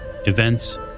Events